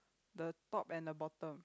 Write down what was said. the top and the bottom